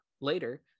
later